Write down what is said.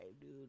dude